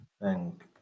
thank